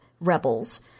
Rebels